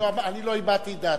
אני לא הבעתי את דעתי.